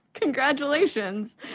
Congratulations